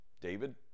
David